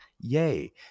Yay